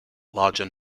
larger